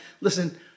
listen